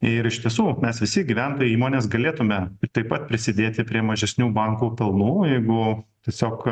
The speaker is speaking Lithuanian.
ir iš tiesų mes visi gyventojai įmonės galėtume taip pat prisidėti prie mažesnių bankų pelnų jeigu tiesiog